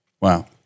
Wow